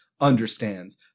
understands